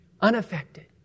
unaffected